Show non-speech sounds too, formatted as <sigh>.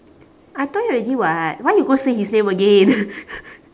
I tell you already [what] why you go say his name again <noise>